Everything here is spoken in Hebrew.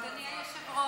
אדוני היושב-ראש,